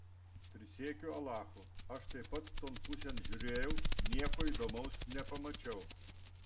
prisiekiu alachu aš taip pat ton pusėn žiūrėjau nieko įdomaus nepamačiau